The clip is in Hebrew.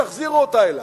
תחזירו אותה אלי.